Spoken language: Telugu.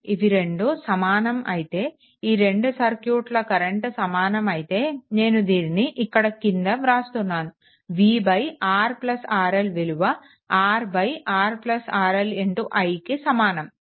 ఇవి రెండు సమానం అయితే ఈ రెండు సర్క్యూట్ల కరెంట్ సమానం అయితే నేను దీనిని ఇక్కడ క్రింద వ్రాస్తున్నాను v RRL విలువ R RRL i కి సమానం